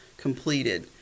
completed